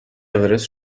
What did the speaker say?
اورست